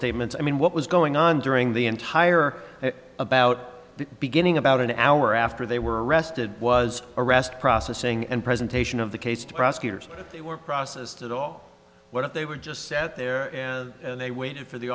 statements i mean what was going on during the entire about the beginning about an hour after they were arrested was arrest processing and presentation of the case to prosecutors they were processed at all but if they were just sat there and they waited for the